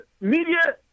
Media